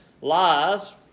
lies